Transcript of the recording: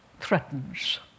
threatens